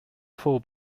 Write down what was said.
full